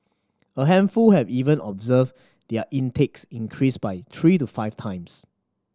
a handful have even observed their intakes increase by three to five times